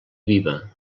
viva